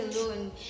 alone